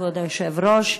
כבוד היושב-ראש,